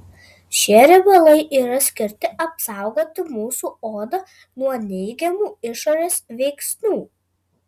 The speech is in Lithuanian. šie riebalai yra skirti apsaugoti mūsų odą nuo neigiamų išorės veiksnių